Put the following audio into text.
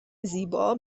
زیبا